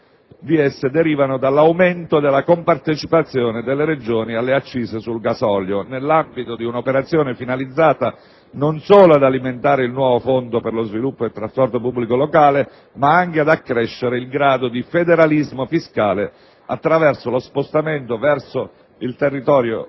derivano dall'aumento della compartecipazione delle Regioni alle accise sul gasolio, nell'ambito di un'operazione finalizzata non solo ad alimentare il nuovo fondo per lo sviluppo del trasporto pubblico locale, ma anche ad accrescere il grado di federalismo fiscale, attraverso lo spostamento verso il territorio